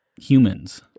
humans